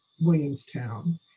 Williamstown